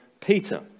peter